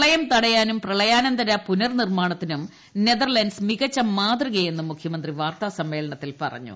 പ്രളയം തടയാനും പ്രളയാനന്തര പുനർനിർമാണത്തിനും നെതർലന്റ്സ് മികച്ച മാതൃകയെന്ന് മുഖ്യമന്ത്രി വാർത്താസമ്മേളനത്തിൽ പറഞ്ഞു